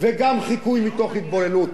וגם חיקוי מתוך התבוללות.